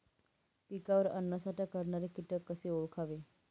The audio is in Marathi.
पिकावर अन्नसाठा करणारे किटक कसे ओळखावे?